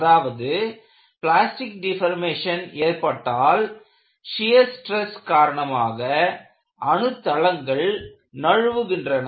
அதாவது plastic deformation ஏற்பட்டால் shear stress காரணமாக அணுத்தளங்கள் நழுவுகின்றன